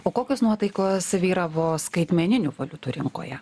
o kokios nuotaikos vyravo skaitmeninių valiutų rinkoje